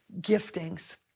giftings